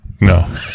No